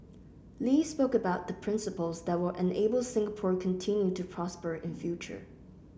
Lee spoke about the principles that will enable Singapore continue to prosper in future